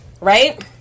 right